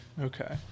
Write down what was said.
Okay